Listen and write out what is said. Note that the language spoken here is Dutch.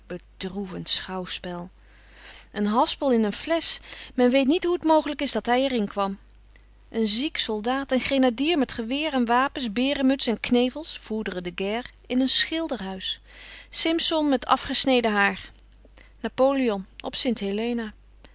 bedroevend schouwpel een haspel in een flesch men weet niet hoe t mogelijk is dat hij er inkwam een ziek soidaat een grenadier met geweer en wapens berenmuts en knevels foudre de guerre in een schilderhuis simson met afgesneden haar napoleon